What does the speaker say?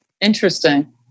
Interesting